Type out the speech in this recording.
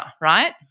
right